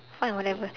fine whatever